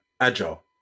agile